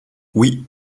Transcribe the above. oui